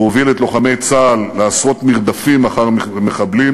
הוא הוביל את לוחמי צה"ל למרדפים אחר מחבלים